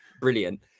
Brilliant